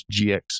GX